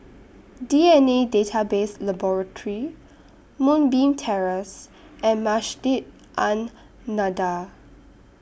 D N A Database Laboratory Moonbeam Terrace and Masjid An Nahdhah